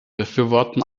befürworten